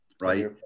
right